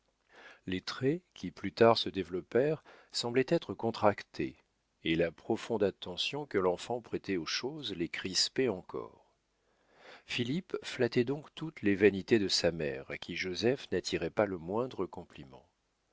les traits qui plus tard se développèrent semblaient être contractés et la profonde attention que l'enfant prêtait aux choses les crispait encore philippe flattait donc toutes les vanités de sa mère à qui joseph n'attirait pas le moindre compliment